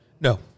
No